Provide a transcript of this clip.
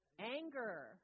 Anger